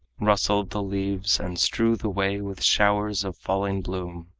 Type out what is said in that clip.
rustle the leaves and strew the way with showers of falling bloom,